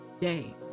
day